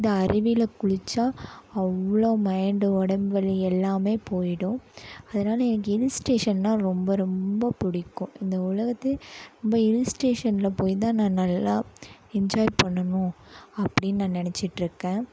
இந்த அருவியில குளிச்சா அவ்வளோ மைண்ட் உடம்பு வலி எல்லாமே போய்டும் அதுனால எனக்கு ஹில்ஸ் ஸ்டேஷன்னா ரொம்ப ரொம்ப பிடிக்கும் இந்த உலகத்துலயே ரொம்ப ஹில்ஸ் ஸ்டேஷன்ல போய் தான் நான் நல்லா என்ஜாய் பண்ணனும் அப்டினு நான் நெனச்சிட்டு இருக்கேன்